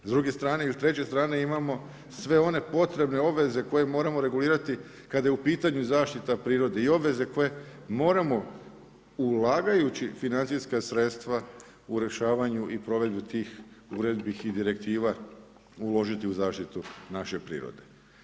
S druge, s treće strane imamo sve one potrebne obveze koje moramo regulirati kada je u pitanju zaštita prirode i obveze koje moramo ulažući financijska sredstva u rješavanju i provedbi tih direktiva uložiti u zaštitu naše prirode.